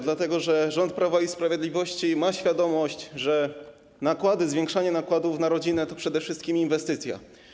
Dlatego że rząd Prawa i Sprawiedliwości ma świadomość, że nakłady, zwiększanie nakładów na rodzinę to przede wszystkim inwestycja.